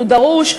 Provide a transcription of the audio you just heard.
הוא דרוש,